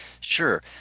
Sure